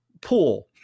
pool